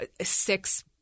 six